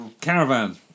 Caravan